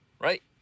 right